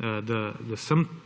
da sem